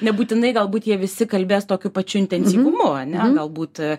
nebūtinai galbūt jie visi kalbės tokiu pačiu intensyvumu ane galbūt